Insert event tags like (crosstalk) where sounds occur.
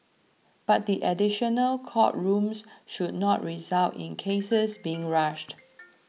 but the additional court rooms should not result in (noise) cases being rushed